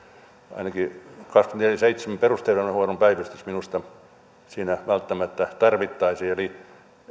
ainakin kaksikymmentäneljä kautta seitsemän perusterveydenhuollon päivystys minusta siinä välttämättä tarvittaisiin eli